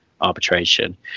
arbitration